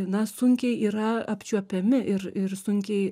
na sunkiai yra apčiuopiami ir ir sunkiai